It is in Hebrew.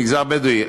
מגזר בדואי,